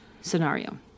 scenario